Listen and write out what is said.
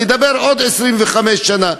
נדבר עוד 25 שנה.